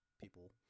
people